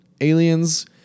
aliens